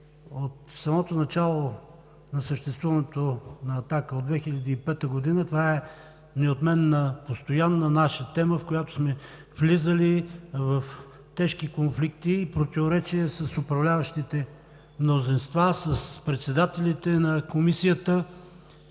От самото начало на съществуването на „Атака“ – от 2005 г., това е неотменна, постоянна наша тема, по която сме влизали в тежки конфликти и противоречия с управляващите мнозинства, с председателите на Комисията.